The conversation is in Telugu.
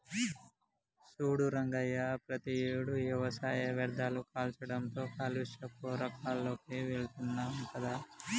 సూడు రంగయ్య ప్రతియేడు వ్యవసాయ వ్యర్ధాలు కాల్చడంతో కాలుష్య కోరాల్లోకి వెళుతున్నాం కదా